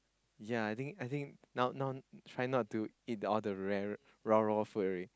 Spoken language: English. yea I think I think now now try not to eat the rare raw raw food already